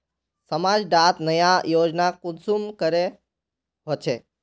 समाज डात नया योजना कुंसम शुरू होछै?